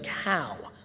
how?